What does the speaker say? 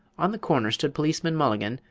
on the corner stood policeman mulligan,